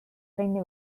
trenni